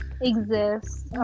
exists